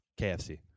KFC